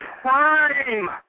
prime